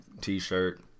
t-shirt